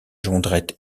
jondrette